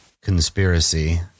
Conspiracy